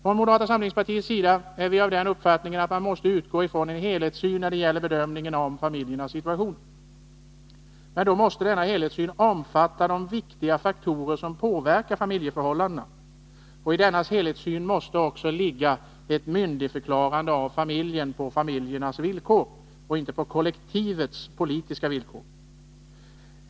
Från moderata samlingspartiets sida är vi av den uppfattningen att man måste utgå från en helhetssyn när det gäller bedömningen av familjernas situation. Men då måste denna helhetssyn omfatta de viktiga faktorer som påverkar familjeförhållandena. Och i denna helhetssyn måste också ligga ett myndigförklarande av familjen på familjernas villkor och inte på kollektivets politiska villkor.